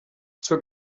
zur